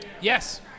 Yes